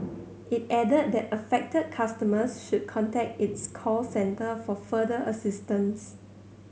it added that affected customers should contact its call centre for further assistance